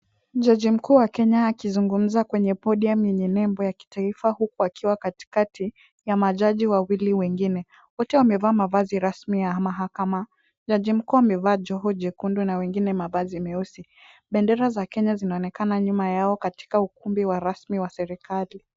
Jaji mkuu wa Kenya akizungumza kwenye podium yenye nembo ya kitaifa huku akiwa katikati ya majaji wawili wengine. Wote wamevaa mavazi rasmi ya mahakama. Jaji mkuu amevaa joho jekundu na wengine mavazi meusi. Bendera za Kenya zinaonekana nyuma yao katika ukumbi wa rasmi wa serikali.